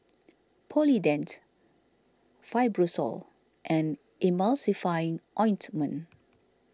Polident Fibrosol and Emulsying Ointment